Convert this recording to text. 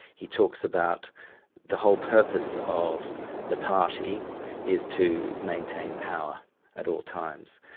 he talks about the whole purpose of the party is to maintain power at all times.